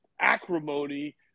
acrimony